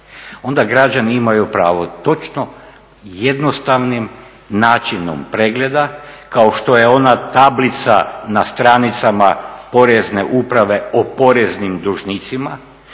onda građani imaju pravo točno jednostavnim načinom pregleda kao što je ona tablica na stranicama Porezne uprave o poreznim dužnicima